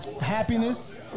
happiness